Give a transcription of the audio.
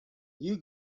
you